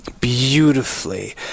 beautifully